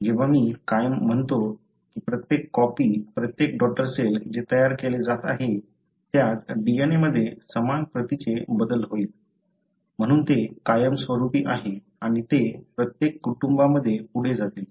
जेव्हा मी कायम म्हणतो की प्रत्येक कॉपी प्रत्येक डॉटर सेल जे तयार केले जात आहे त्यात DNA मध्ये समान प्रतीचे बदल होईल म्हणून ते कायमस्वरूपी आहे आणि ते प्रत्येक कुटुंबांमध्ये पुढे जातील